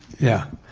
yeah.